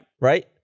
Right